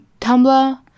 tumblr